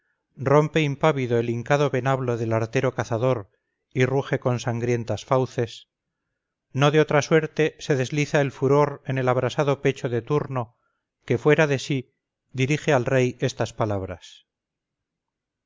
rompe impávido el hincado venablo del artero cazador y ruge con sangrientas fauces no de otra suerte se desliza el furor en el abrasado pecho de turno que fuera de sí dirige al rey estas palabras